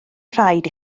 rhaid